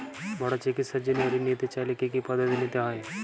বড় চিকিৎসার জন্য ঋণ নিতে চাইলে কী কী পদ্ধতি নিতে হয়?